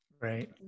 right